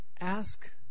ask